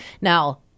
Now